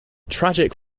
tragic